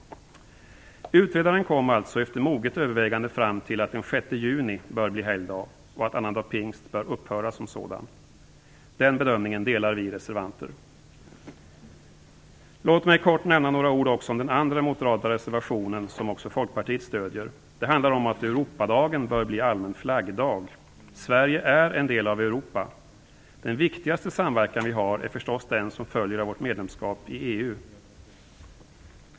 Efter moget övervägande kom utredaren fram till att den 6 juni bör bli helgdag och att annandag pingst bör upphöra som sådan. Den bedömningen delar vi reservanter. Låt mig kort nämna några ord också om den andra moderata reservationen, vilken också Folkpartiet stödjer. Den handlar om att Europadagen bör bli allmän flaggdag. Sverige är en del av Europa. Den viktigaste samverkan vi har är naturligtvis den som följer av vårt medlemskap i EU.